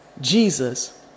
Jesus